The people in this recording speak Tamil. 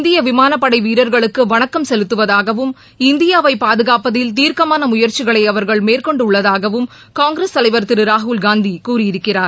இந்திய விமானப்படை வீரர்களுக்கு வணக்கம் செலுத்துவதாகவும் இந்தியாவை பாதுகாப்பதில் தீர்க்கமான முயற்சிகளை அவர்கள் மேற்கொண்டுள்ளதாகவும் காங்கிரஸ் தலைவர் திரு ராகுல் காந்தி கூறியிருக்கிறார்